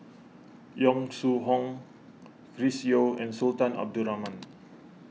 Yong Shu Hoong Chris Yeo and Sultan Abdul Rahman